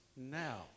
Now